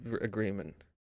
agreement